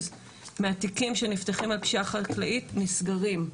מהתיקים שנפתחים על פשיעה חקלאית נסגרים.